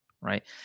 right